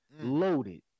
loaded